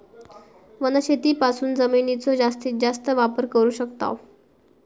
वनशेतीपासून जमिनीचो जास्तीस जास्त वापर करू शकताव